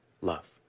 love